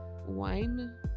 wine